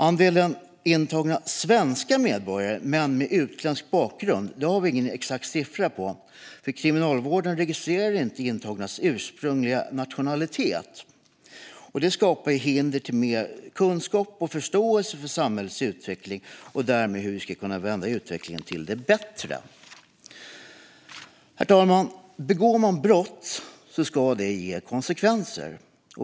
Andelen intagna svenska medborgare med utländsk bakgrund har vi ingen exakt siffra på. Kriminalvården registrerar inte intagnas ursprungliga nationalitet. Detta skapar hinder för mer kunskap och förståelse för samhällets utveckling och därmed för hur vi ska kunna vända utvecklingen till det bättre. Herr talman! Begår man brott ska det ge konsekvenser.